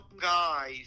guys